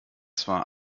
zwar